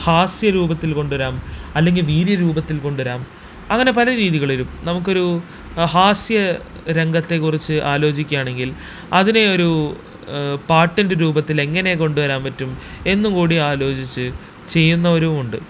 ഹാസ്യരൂപത്തില് കൊണ്ടു വരാം അല്ലെങ്കില് വീര്യരൂപത്തില് കൊണ്ടു വരാം അങ്ങനെ പല രീതികളിലും നമുക്കൊരു ഹാസ്യ രംഗത്തെക്കുറിച്ച് ആലോചിക്കാണെങ്കില് അതിനെയൊരു പാട്ടിന്റെ രൂപത്തിലെങ്ങനെ കൊണ്ടു വരാന് പറ്റും എന്നുകൂടി ആലോചിച്ച് ചെയ്യുന്നവരും ഉണ്ട്